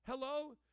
Hello